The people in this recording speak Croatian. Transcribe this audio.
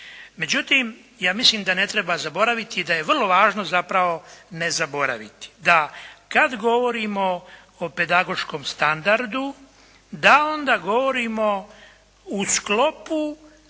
Međutim, ja mislim da ne treba zaboraviti, da je vrlo važno zapravo ne zaboraviti, da kad govorimo o pedagoškom standardu da onda govorimo u sklopu